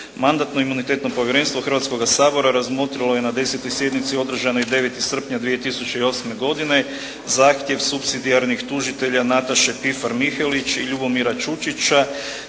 Mandatno-imunitetno povjerenstvo Hrvatskoga sabora razmotrilo je na 10. sjednici održanoj 9. srpnja 2008. godine zahtjev supsidijarnih tužitelja Nataše Pifar Mihelić i Ljubomira Čučića